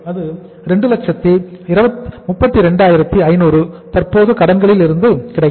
அதாவது 232500 தற்போது கடன்களில் இருந்து கிடைக்கும்